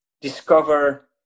discover